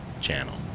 channel